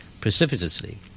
precipitously